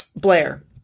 Blair